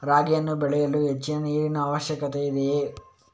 ರಾಗಿಯನ್ನು ಬೆಳೆಯಲು ಹೆಚ್ಚಿನ ನೀರಿನ ಅವಶ್ಯಕತೆ ಇದೆಯೇ?